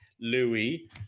Louis